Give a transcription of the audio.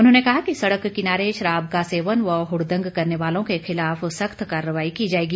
उन्होंने कहा कि सड़क किनारे शराब का सेवन व हुड़दंग करने वालों के खिलाफ सख़्त कार्रवाई की जाएगी